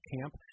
camp